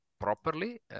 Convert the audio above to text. properly